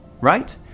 right